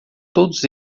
todos